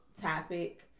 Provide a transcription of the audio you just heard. topic